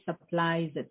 supplies